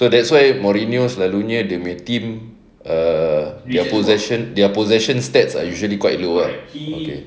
so that's why mourinho selalunya dia nya team err their possession their possession stats are usually quite low right okay